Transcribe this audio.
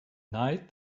night